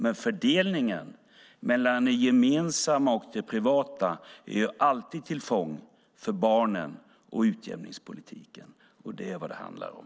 Men fördelningen mellan det gemensamma och det privata är alltid till förfång för barnen och utjämningspolitiken, och det är vad det handlar om.